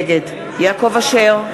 נגד יעקב אשר,